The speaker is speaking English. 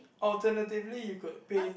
alternatively you could pay